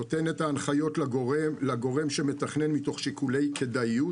נותן את ההנחיות לגורם שמתכנן מתוך שיקולי כדאיות